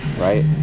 Right